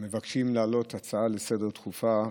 המבקשים להעלות הצעה דחופה לסדר-היום,